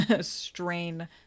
strain